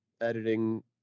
editing